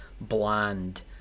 bland